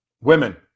Women